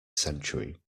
century